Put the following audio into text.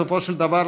בסופו של דבר,